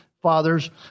fathers